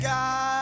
God